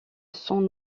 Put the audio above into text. san